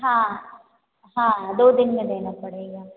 हाँ हाँ दो दिन में देना पड़ेगा